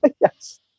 Yes